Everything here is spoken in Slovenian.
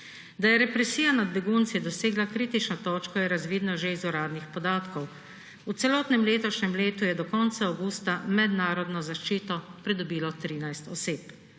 Da je represija nad begunci dosegla kritično točko, je razvidno že iz uradnih podatkov. V celotnem letošnjem letu je do konca avgusta mednarodno zaščito pridobilo 13 oseb;